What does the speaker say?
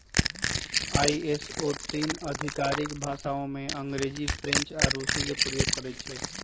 ISO तीन आधिकारिक भाषामें अंग्रेजी, फ्रेंच आऽ रूसी के प्रयोग करइ छै